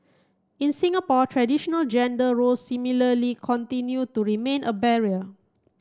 in Singapore traditional gender roles similarly continue to remain a barrier